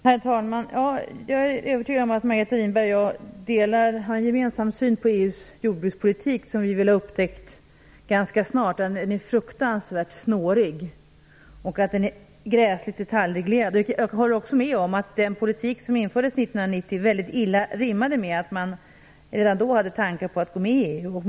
Herr talman! Jag är övertygad om att Margareta Winberg och jag har en gemensam syn på EU:s jordbrukspolitik. Vi upptäckte ganska snart att den är fruktansvärt snårig och att den är gräsligt detaljreglerad. Jag håller också med om att den politik som infördes 1990 rimmade väldigt illa med att man redan då hade tankar på att gå med i EU.